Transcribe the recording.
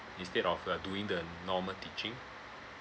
instead of uh doing the normal teaching